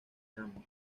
cambio